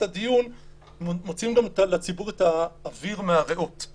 הדיון מוציא את האוויר מהריאות של הציבור.